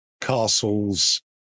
castles